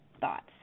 thoughts